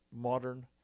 modern